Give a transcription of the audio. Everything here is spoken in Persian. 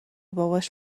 باباش